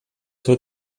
seu